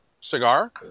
cigar